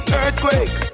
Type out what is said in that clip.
earthquake